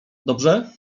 dobrze